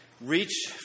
reach